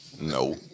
No